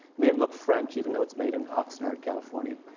made it look french, even though it's made in oxnard, california.